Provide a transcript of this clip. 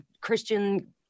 Christian